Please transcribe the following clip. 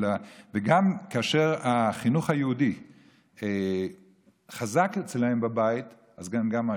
גם כאשר החינוך היהודי חזק אצלם בבית אז הם ממשיכים.